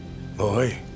Boy